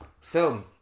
Film